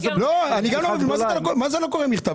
מה זה לא קראו את המכתב?